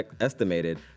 estimated